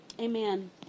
Amen